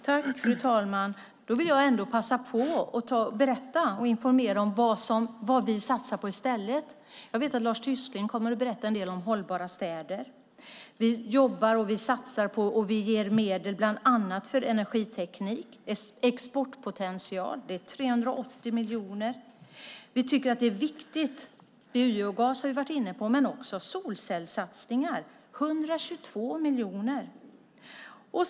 Fru ålderspresident! Jag vill ändå passa på att berätta och informera om vad vi satsar på i stället. Jag vet att Lars Tysklind kommer att berätta en del om hållbara städer. Vi jobbar, vi satsar på och vi ger medel bland annat till energiteknik och exportpotential. Det är 380 miljoner. Vi tycker att det är viktigt. Biogas har vi varit inne på, men också solcellssatsningar, 122 miljoner.